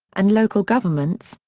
and local governments,